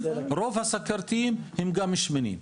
רוב הסוכרתיים הם גם שמנים,